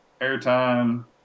airtime